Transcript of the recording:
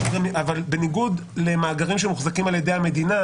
אבל בניגוד למאגרים שמוחזקים על ידי המדינה,